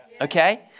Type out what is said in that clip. Okay